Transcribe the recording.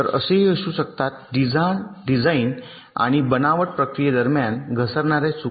तर असेही असू शकतात डिझाइन आणि बनावट प्रक्रिये दरम्यान घसरणार्या चुका